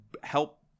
help